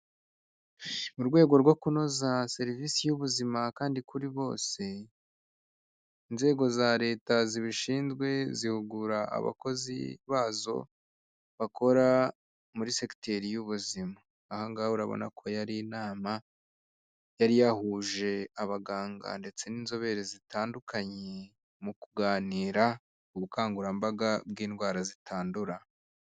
Mu rwego rwo kunoza serivisi y' ubuzima kandi kuri bose, inzego za Leta zibishinzwe, zihugura abakozi bazo bakora muri segiteri y'ubuzima. Aha ngaha urabona ko yari inama yari yahuje abaganga ndetse n'inzobere zitandukanye, mu kuganira ubukangurambaga bw'indwara zitandura.